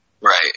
Right